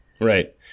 right